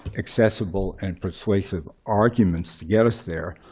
accessible and persuasive arguments to get us there.